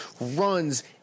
runs